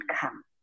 come